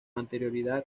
anterioridad